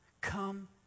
Come